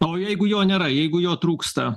o jeigu jo nėra jeigu jo trūksta